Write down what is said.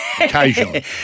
occasionally